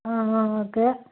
okay